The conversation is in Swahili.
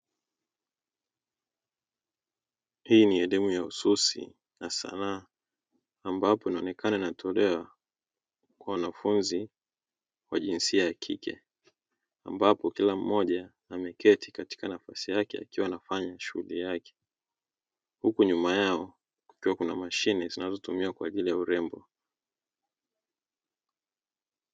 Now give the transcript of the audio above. Hii ni elimu ya ususi na sanaa ambapo inaonekana inatolewa kwa wanafunzi wa jinsia ya kike, ambapo kila mmoja ameketi katika nafasi yake akiwa anafanya shughuli yake, huku nyuma yao kukiwa kuna mashine zinazotumiwa kwa ajili ya urembo.